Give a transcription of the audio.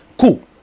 Cool